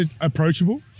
approachable